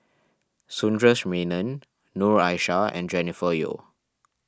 Sundaresh Menon Noor Aishah and Jennifer Yeo